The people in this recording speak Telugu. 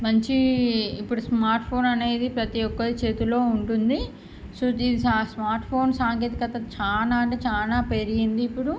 మంచి ఇప్పుడు స్మార్ట్ ఫోన్ అనేది ప్రతీ ఒక్కరి చేతుల్లో ఉంటుంది సో ది సా స్మార్ట్ ఫోన్ సాంకేతికత చాలా అంటే చాలా పెరిగింది ఇప్పుడు